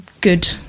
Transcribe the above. good